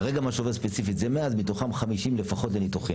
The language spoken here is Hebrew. כרגע מה שעובר ספציפית זה 100 אז מתוכם 50 לפחות לניתוחים.